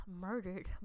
murdered